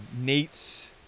Nate's